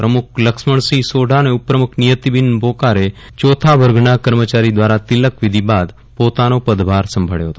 પ્રમુખ લક્ષ્મણ સિંહ સોઢા અને ઉપપ્રમુખ નિયતીબેન પોકાર ને ચોથા વર્ગના કર્મચારી દ્વારા તિલક વિધિ બાદ પોતાનો પદભાર સંભાળ્યો હતો